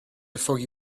foggy